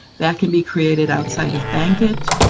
that can be created outside of bankit,